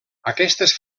aquestes